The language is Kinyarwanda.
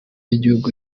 y’igihugu